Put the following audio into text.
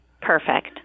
Perfect